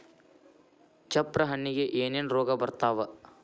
ಚಪ್ರ ಹಣ್ಣಿಗೆ ಏನೇನ್ ರೋಗ ಬರ್ತಾವ?